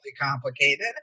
complicated